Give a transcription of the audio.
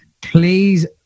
Please